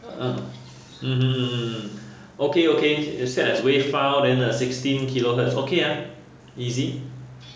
uh hmm hmm hmm hmm hmm okay okay is set as wave file then uh sixteen kilohertz okay ah easy